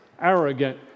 arrogant